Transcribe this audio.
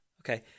Okay